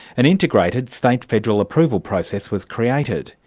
an integrated state-federal approval process was created.